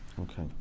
Okay